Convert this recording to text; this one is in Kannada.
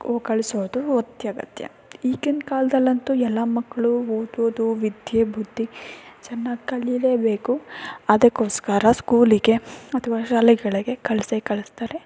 ಓ ಕಳಿಸೋದು ಅತ್ಯಗತ್ಯ ಈಗಿನ ಕಾಲದಲ್ಲಂತೂ ಎಲ್ಲ ಮಕ್ಕಳ್ಳು ಓದೋದು ವಿದ್ಯೆ ಬುದ್ದಿ ಚೆನ್ನಾಗಿ ಕಲಿಯಲೇಬೇಕು ಅದಕ್ಕೋಸ್ಕರ ಸ್ಕೂಲಿಗೆ ಅಥವಾ ಶಾಲೆಗಳಿಗೆ ಕಳಿಸೇ ಕಳಿಸ್ತಾರೆ